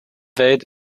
welt